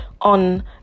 on